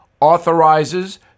authorizes